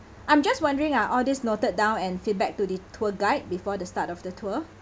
I'm just wondering are all these noted down and feedback to the tour guide before the start of the tour